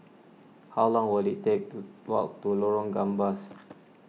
how long will it take to walk to Lorong Gambas